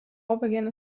baubeginn